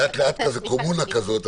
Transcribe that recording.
את ההסברים ולדעת אם הניהול הוא נכון,